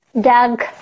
Doug